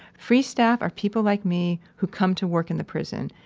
free staff are people like me who come to work in the prison,